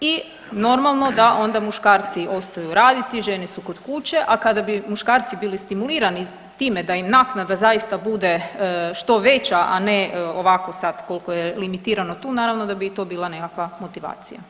I normalno da onda muškarci ostaju raditi, žene su kod kuće, a kada bi muškarci bili stimulirani time da im naknada zaista bude što veća, a ne ovako sad koliko je limitirano tu, naravno da bi i to bila nekakva motivacija.